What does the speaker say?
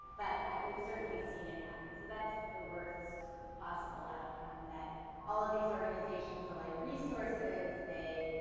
but we've certainly seen it happen. so that's the worst possible outcome, that all of these organizations align resources, they